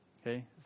Okay